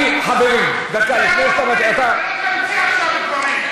אני, חברים, דקה, שלא תמציא עכשיו דברים.